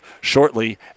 shortly